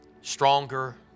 stronger